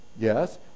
yes